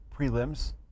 prelims